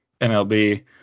MLB